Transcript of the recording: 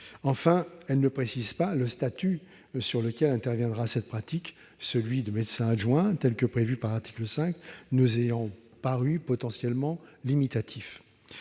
Enfin, elle ne précise pas le statut sous lequel interviendra cette pratique, celui de médecin adjoint, tel qu'il est prévu à l'article 5, nous ayant paru potentiellement limitatif.